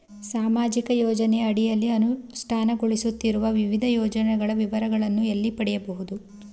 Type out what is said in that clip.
ಸಾಮಾಜಿಕ ಯೋಜನೆಯ ಅಡಿಯಲ್ಲಿ ಅನುಷ್ಠಾನಗೊಳಿಸುತ್ತಿರುವ ವಿವಿಧ ಯೋಜನೆಗಳ ವಿವರಗಳನ್ನು ಎಲ್ಲಿ ಪಡೆಯಬಹುದು?